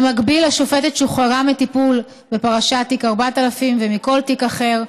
במקביל השופטת שוחררה מטיפול בפרשת תיק 4000 ומכל תיק אחר,